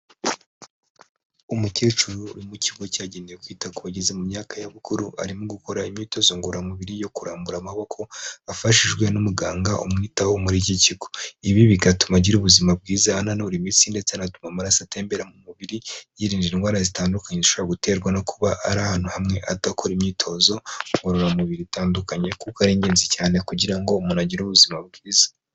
Umukecuru uri mu kigo cyagenewe kwita ku wageze mu myaka ya bukuru, arimo gukora imyitozo ngororamubiri yo kurambura amaboko afashijwe n'umuganga umwitaho muri iki kigo, ibi bigatuma agira ubuzima bwiza ananura imitsi, ndetse anatuma amaraso atembera mu mubiri yirinda indwara zitandukanyeshobora guterwa no kuba ari ahantu hamwe adakora imyitozo ngororamubiri itandukanye, kuko ari ingenzi cyane kugira ngo umuntu agire ubuzima bwiza.